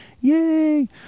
Yay